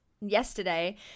yesterday